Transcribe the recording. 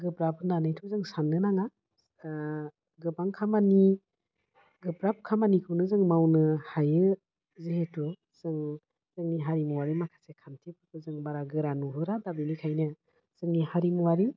गोब्राब होन्नानैथ' जों साननो नाङा गोबां खामानि गोब्राब खामानिखौनो जों मावनो हायो जिहेथु जों जोंनि हारिमुवारि माखासे खान्थिफोरखौ जों बारा गोरा नुहुरा दा बिनिखायनो जोंनि हारिमुवारि